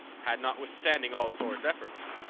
had, notwithstanding all thor's efforts,